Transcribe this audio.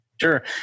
Sure